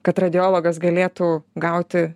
kad radiologas galėtų gauti